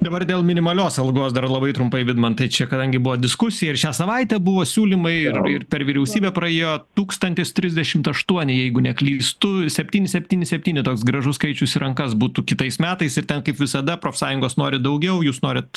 dabar dėl minimalios algos dar labai trumpai vidmantai čia kadangi buvo diskusija ir šią savaitę buvo siūlymai ir per vyriausybę praėjo tūkstantis trisdešimt aštuoni jeigu neklystu septyni septyni septyni toks gražus skaičius į rankas būtų kitais metais ir ten kaip visada profsąjungos nori daugiau jūs norit